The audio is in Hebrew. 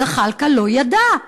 זחאלקה לא ידע,